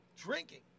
drinking